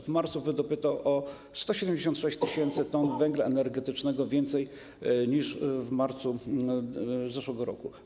W marcu wydobyto o 176 tys. t węgla energetycznego więcej niż w marcu zeszłego roku.